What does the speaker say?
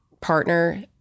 partner